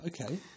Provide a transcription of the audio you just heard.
okay